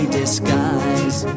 disguise